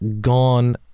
gone